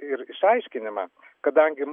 ir išaiškinimą kadangi